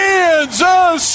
Kansas